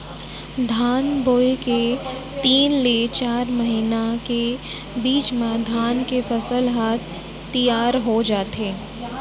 धान बोए के तीन ले चार महिना के बीच म धान के फसल ह तियार हो जाथे